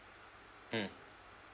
mm